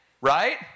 right